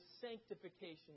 sanctification